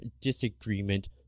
disagreement